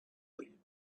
leaving